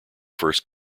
first